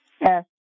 Yes